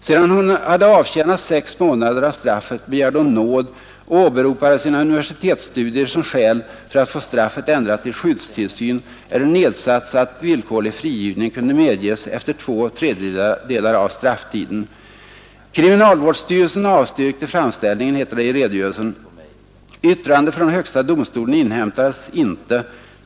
Sedan hon avtjänat sex månader av straffet begärde hon nåd och åberopade sina universitetsstudier som skäl för att få straffet ändrat till skyddstillsyn eller nedsatt, så att villkorlig frigivning kunde medges efter två tredjedelar av strafftiden. ”Kriminalvårdsstyrelsen avstyrkte framställningen”, heter det i redogörelsen. ”Yttrande från HD inhämtades ej.